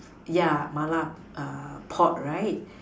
yeah Mala pot right